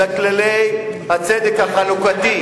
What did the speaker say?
לכללי הצדק החלוקתי,